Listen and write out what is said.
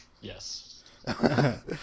Yes